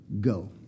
go